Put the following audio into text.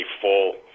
full